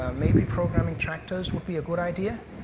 ah maybe programming tractors would be a good idea.